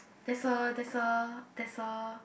there's a there's a there's a